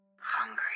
Hungry